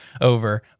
over